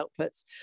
outputs